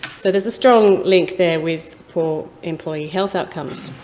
so there's a strong link there with poor employee health outcomes.